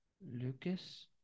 Lucas